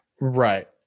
right